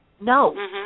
No